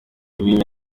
imirimo